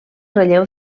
relleu